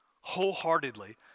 wholeheartedly